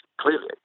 clearly